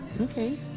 Okay